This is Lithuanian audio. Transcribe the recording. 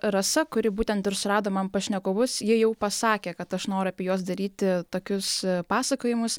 rasa kuri būtent ir surado man pašnekovus ji jau pasakė kad aš noriu apie juos daryti tokius pasakojimus